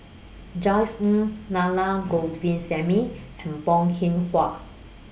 Josef Ng Nana Govindasamy and Bong Hiong Hwa